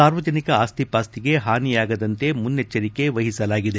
ಸಾರ್ವಜನಿಕ ಆಸ್ತಿ ಪಾಸ್ತಿಗೆ ಹಾನಿಯಾಗದಂತೆ ಮುನ್ನೆಚ್ಚರಿಕೆ ವಹಿಸಲಾಗಿದೆ